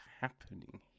happening